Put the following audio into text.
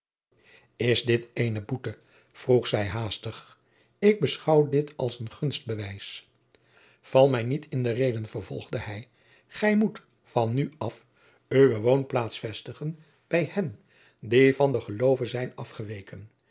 is dit eene boete vroeg zij haastig ik beschouw dit als een gunstbewijs val mij niet in de reden vervolgde hij gij moet van nu af uwe woonplaats vestigen bij hen die van den gelove zijn afgeweken